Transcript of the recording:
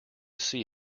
see